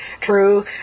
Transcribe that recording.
True